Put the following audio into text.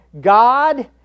God